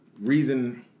reason